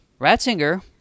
Ratzinger